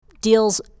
deals